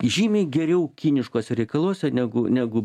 žymiai geriau kiniškuose reikaluose negu negu